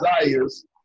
desires